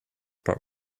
but